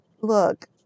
Look